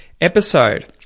episode